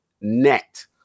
net